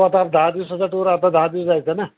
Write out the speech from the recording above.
आता आ दहा दिवसाचा टूर आता दहा दिवस जायचं ना